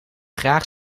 graag